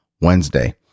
Wednesday